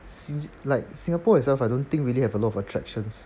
since like singapore itself I don't think really have a lot of attractions